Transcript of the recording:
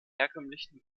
herkömmlichen